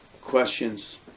questions